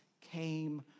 came